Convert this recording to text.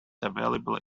available